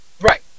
Right